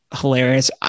hilarious